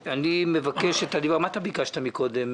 מה אתה ביקשת קודם,